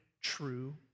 true